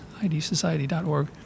idsociety.org